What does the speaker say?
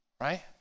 right